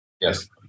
Yes